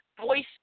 voice